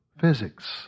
physics